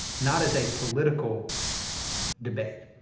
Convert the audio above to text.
not as a political debate.